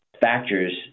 factors –